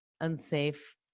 unsafe